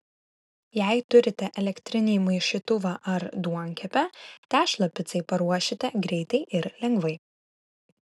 jei turite elektrinį maišytuvą ar duonkepę tešlą picai paruošite greitai ir lengvai